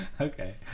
Okay